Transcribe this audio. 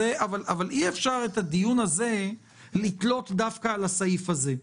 אבל אי אפשר את הדיון הזה לתלות דווקא על הסעיף הזה.